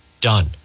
Done